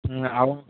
ம் அவங்